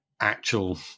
actual